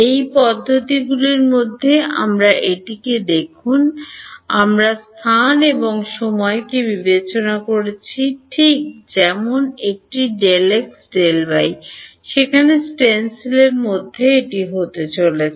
এই পদ্ধতিগুলির মধ্যে আমরা এটিতে দেখুন আমরা স্থান এবং সময়কে বিবেচনা করছি ঠিক যেমন একটি সেখানে স্টেনসিলের মধ্যে একটি হতে চলেছে